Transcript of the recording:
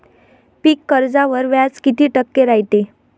पीक कर्जावर व्याज किती टक्के रायते?